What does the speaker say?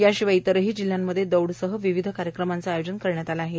याशिवाय इतरही जिल्ह्यांमध्ये दौड सह विविध कार्यक्रमांचे आयोजन करण्यात आले आहे